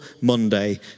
Monday